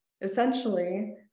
essentially